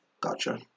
Gotcha